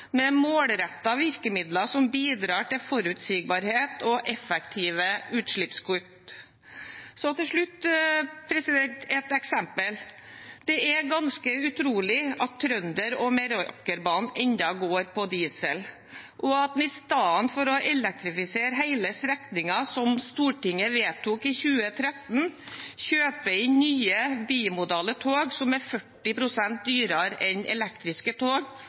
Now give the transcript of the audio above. med målrettede virkemidler som bidrar til forutsigbarhet og effektive utslippskutt. Til slutt et eksempel: Det er ganske utrolig at Trønder- og Meråkerbanen enda går på diesel, og at en i stedet for å elektrifisere hele strekningen, som Stortinget vedtok i 2013, kjøper inn nye bimodale tog som er 40 pst. dyrere enn elektriske tog